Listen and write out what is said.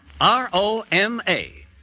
R-O-M-A